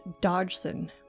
Dodgson